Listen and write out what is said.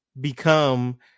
become